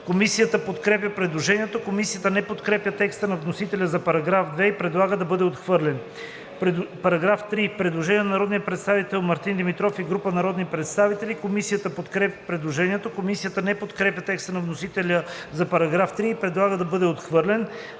Комисията подкрепя предложението. Комисията не подкрепя текста на вносителя за § 2 и предлага да бъде отхвърлен. По § 3 има предложение на народния представител Мартин Димитров и група народни представители. Комисията подкрепя предложението. Комисията не подкрепя текста на вносителя за § 3 и предлага да бъде отхвърлен.